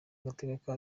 agateka